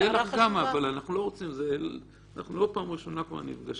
אנחנו לא פעם ראשונה פה נפגשים.